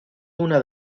una